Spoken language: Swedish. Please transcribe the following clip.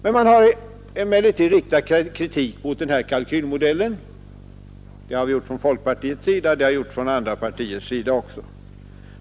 Kritik har emellertid riktats mot kalkylmodellen både från folkpartiet och från andra partier.